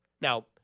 Now